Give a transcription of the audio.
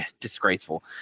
Disgraceful